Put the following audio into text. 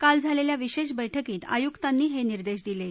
काल झालेल्या विशेष बैठकीत आयुकांनी हे निर्देश दिलेत